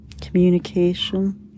Communication